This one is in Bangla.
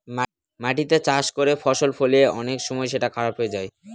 মাটিতে চাষ করে ফসল ফলিয়ে অনেক সময় সেটা খারাপ হয়ে যায়